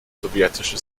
sowjetische